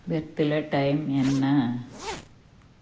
பெர்த்தில் time என்ன